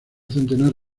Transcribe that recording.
centenar